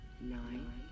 Nine